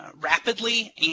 rapidly